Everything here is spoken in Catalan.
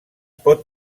pot